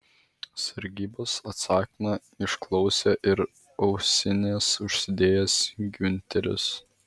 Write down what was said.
sargybos atsakymą išklausė ir ausines užsidėjęs giunteris